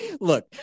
Look